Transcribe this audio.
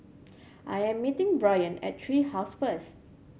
I am meeting Bryan at Tree House first